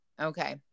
Okay